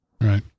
Right